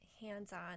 hands-on